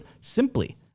simply